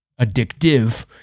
addictive